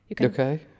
Okay